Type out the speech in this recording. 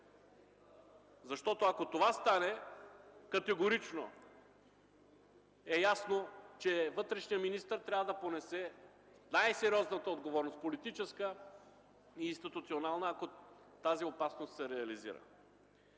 Защото, ако това стане, категорично е ясно, че вътрешният министър трябва да понесе най-сериозната политическа и институционална отговорност, ако тази опасност се реализира.